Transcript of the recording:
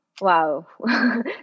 Wow